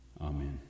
Amen